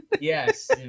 Yes